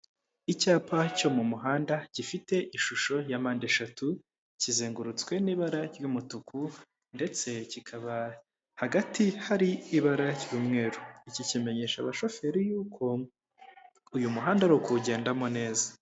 Icyapa cyo mu muhanda, gifite ishusho ya mpande eshatu kizengurutswe n'ibara ry'umutuku, ndetse kikaba hagati hari ibara ry'umweru, iki kimenyesha abashoferi y'uko uyu muhanda ari ukuwugendamo neza.